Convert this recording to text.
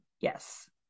yes